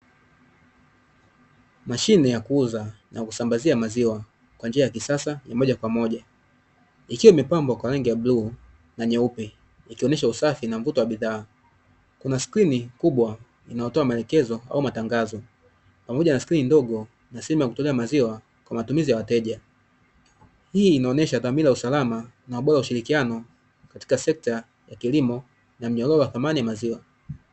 Mashine ya kuuza na kusambazia maziwa kwa njia ya kisasa moja kwa moja. Ikiwa imepambwa kwa rangi ya bluu na nyeusi, ikionyesha usafi na mvuto wa bidhaa. Kuna skrini kubwa inayotoa maelekezo au matangazo, pamoja na skrini ndogo na sehemu ya kutolea maziwa kwa matumizi ya wateja. Hii inaonyesha dhamira ya usalama na ubora wa ushirikiano katika sekta ya kilimo na mnyororo wa thamani ya maziwa.